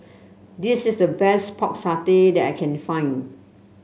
this is the best Pork Satay that I can find